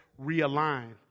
realign